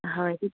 হয়